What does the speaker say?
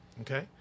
Okay